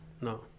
No